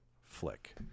flick